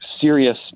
serious